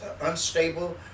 unstable